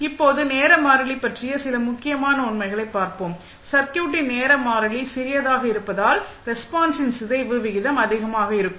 இப்போது நேர மாறிலி பற்றிய சில முக்கியமான உண்மைகளைப் பார்ப்போம் சர்க்யூட்டின் நேர மாறிலி சிறியதாக இருப்பதால் ரெஸ்பான்ஸின் சிதைவு விகிதம் அதிகமாக இருக்கும்